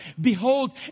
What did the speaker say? behold